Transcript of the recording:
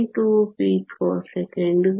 2 ಪಿಕೋಸೆಕೆಂಡುಗಳು